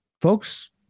folks